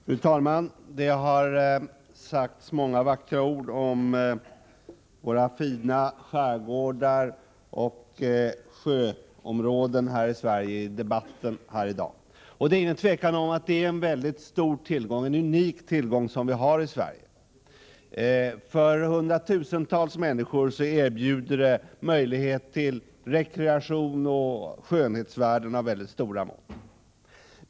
Fru talman! Det har sagts många vackra ord om våra skärgårdar och sjöområden i Sverige i debatten här i dag. Det är ingen tvekan om att det är en unik tillgång som vi har i Sverige. För hundratusentals människor erbjuder dessa områden möjlighet till rekreation och skönhetsvärden av stora mått.